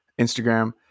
Instagram